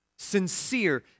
Sincere